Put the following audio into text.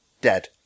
dead